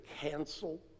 cancel